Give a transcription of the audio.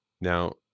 Now